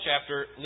chapter